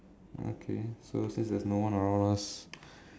okay so since there's no one around us